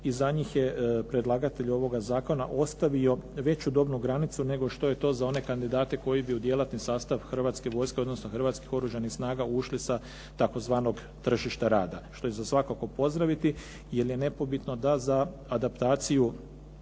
i za njih je predlagatelj ovoga zakona ostavio veću dobnu granicu nego što je to za one kandidate koji bi u djelatni sastav Hrvatske vojske odnosno Hrvatskih oružanih snaga ušli sa tzv. tržišta rada što je svakako za pozdraviti jer je nepobitno da za adaptaciju